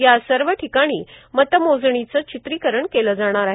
या सर्व ठिकाणी मतमोजणीचं चित्रीकरण केलं जाणार आहे